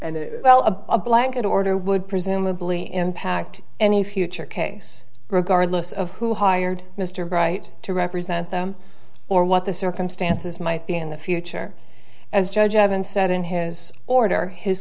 well a blanket order would presumably impact any future case regardless of who hired mr bright to represent them or what the circumstances might be in the future as judge evan said in has